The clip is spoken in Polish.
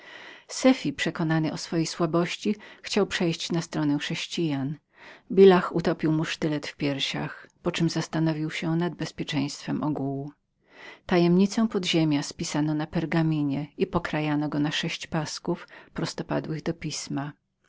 sefi przekonany o swojej słabości chciał przejść na stronę chrześcijan billah utopił mu sztylet w piersiach poczem zastanowił się nad bezpieczeństwem ogółu tajemnicę podziemia spisano na pargaminie i pokrajano go na sześć pasków prostopadłych do pisma